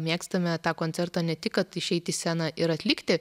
mėgstame tą koncertą ne tik kad išeit į sceną ir atlikti